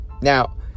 Now